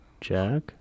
Jack